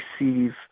receive